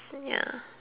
ya